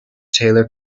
taylor